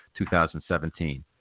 2017